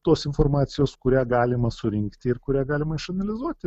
tos informacijos kurią galima surinkti ir kurią galima išanalizuoti